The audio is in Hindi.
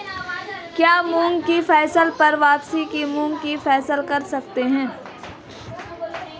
क्या मूंग की फसल पर वापिस मूंग की फसल कर सकते हैं?